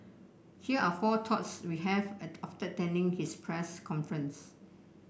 here are four thoughts we have after attending his press conference